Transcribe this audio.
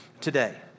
today